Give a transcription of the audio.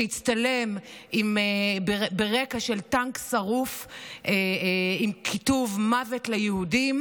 שהצטלם ברקע של טנק שרוף עם כיתוב "מוות ליהודים",